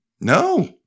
No